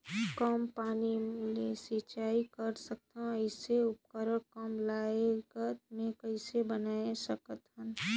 कम पानी ले सिंचाई कर सकथन अइसने उपकरण कम लागत मे कइसे बनाय सकत हन?